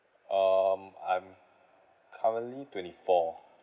um I'm currently twenty four